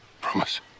Promise